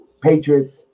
Patriots